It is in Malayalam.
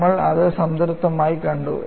നമ്മൾ അത് സംതൃപ്തമായി കണ്ടു